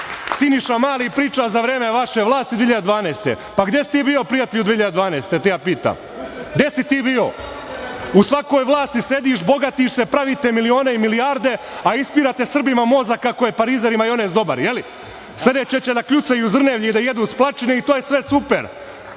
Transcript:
Mali priča - za vreme vaše vlasti 2012. godine. Pa, gde si ti bio, prijatelju, 2012. godine? Gde si ti bio? U svakoj vlasti sediš, bogatiš se, pravite milione i milijarde, a ispirate Srbima mozak kako je parizer i majonez dobar. Sledeće će da kljucaju zrnevlje i da jedu splačine, i to je sve super.